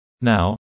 Now